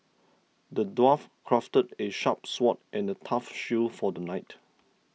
the dwarf crafted a sharp sword and a tough shield for the knight